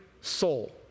soul